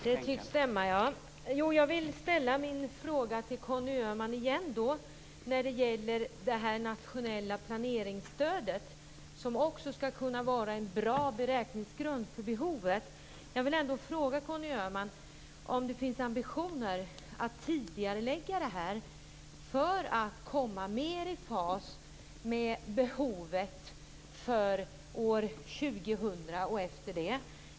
Herr talman! Jag vill ännu en gång fråga Conny Öhman om det nationella planeringsstödet, som också skall kunna vara en bra beräkningsgrund för behovet. Finns det ambitioner att tidigarelägga det här för att komma mer i fas med behovet för år 2000 och tiden därefter?